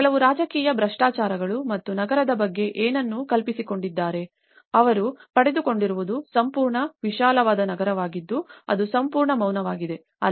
ಮತ್ತು ಕೆಲವು ರಾಜಕೀಯ ಭ್ರಷ್ಟಾಚಾರಗಳು ಮತ್ತು ನಗರದ ಬಗ್ಗೆ ಏನನ್ನು ಕಲ್ಪಿಸಿಕೊಂಡಿದ್ದಾರೆ ಮತ್ತು ಅವರು ಪಡೆದುಕೊಂಡಿರುವುದು ಸಂಪೂರ್ಣ ವಿಶಾಲವಾದ ನಗರವಾಗಿದ್ದು ಅದು ಸಂಪೂರ್ಣ ಮೌನವಾಗಿದೆ